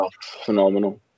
Phenomenal